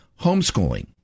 homeschooling